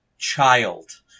Child